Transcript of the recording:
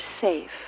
safe